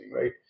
right